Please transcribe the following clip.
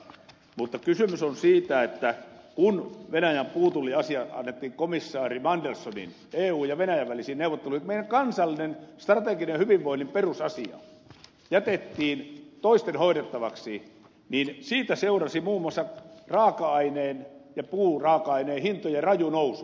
mutta kysymys on siitä että kun venäjän puutulliasia annettiin komissaari mandelsonin eun ja venäjän välisiin neuvotteluihin meidän kansallinen strateginen hyvinvoinnin perusasia jätettiin toisten hoidettavaksi siitä seurasi muun muassa raaka aineen ja puuraaka aineen hintojen raju nousu